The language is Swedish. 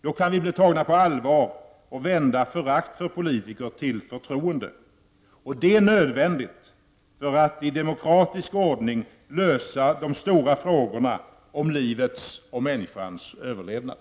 Då kan vi bli tagna på allvar och vända förakt för politiker till förtroende. Det är nödvändigt för att vi i demokratisk ordning skall kunna lösa de stora frågorna om livets fortbestånd och människors överlevnad.